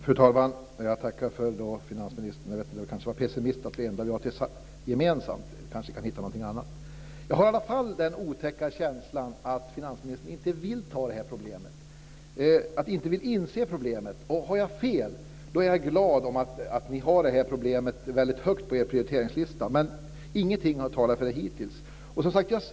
Fru talman! Jag tackar finansministern. Det var kanske pessimistiskt att det sista är det enda vi har gemensamt. Vi kanske kan hitta någonting annat. Jag har i alla fall den otäcka känslan att finansministern inte vill inse problemet. Om jag har fel är jag i så fall glad för att ni har problemet högt på prioriteringslistan, men ingenting har talat för det hittills.